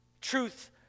Truth